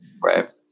Right